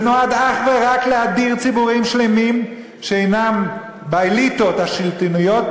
זה נועד אך ורק להדיר ציבורים שלמים שאינם באליטות השלטוניות.